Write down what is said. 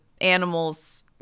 animals